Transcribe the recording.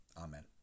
Amen